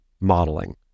modeling